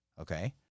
Okay